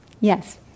Yes